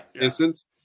instance